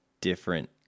different